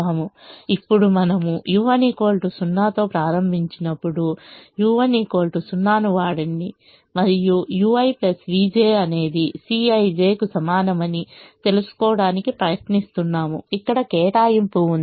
ఇప్పుడు మనము u1 0 ను ప్రారంభించినప్పుడు u1 0 ను వాడండి మరియు ui vj అనేది Cij కు సమానమని తెలుసుకోవడానికి ప్రయత్నిస్తున్నాము ఇక్కడ కేటాయింపు ఉంది